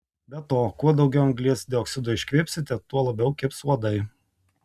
be to kuo daugiau anglies dioksido iškvėpsite tuo labiau kibs uodai